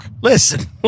Listen